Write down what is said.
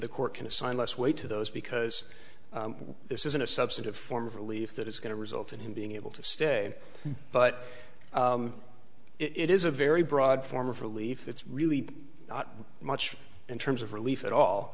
the court can assign less weight to those because this isn't a substantive form of relief that is going to result in him being able to stay but it is a very broad form of relief it's really not much in terms of relief at all